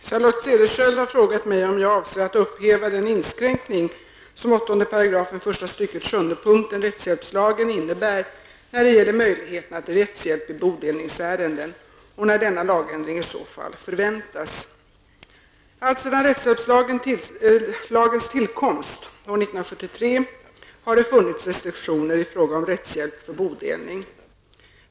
Herr talman! Charlotte Cederschiöld har frågat mig om jag avser att upphäva den inskränkning som 8 § första stycket sjunde punkten rättshjälpslagen innebär när det gäller möjligheterna till rättshjälp i bodelningsärenden och när denna lagändring i så fall förväntas. Alltsedan rättshjälpslagens tillkomst år 1973 har det funnits restriktioner i fråga om rättshjälp för bodelning.